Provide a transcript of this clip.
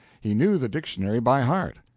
he knew the dictionary by heart.